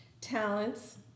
Talents